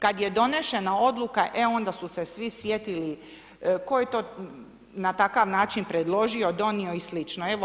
Kada je donošena odluka, onda su se svi sjetili tko je to na takav način predložio, donio i slično.